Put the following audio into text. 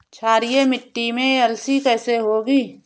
क्षारीय मिट्टी में अलसी कैसे होगी?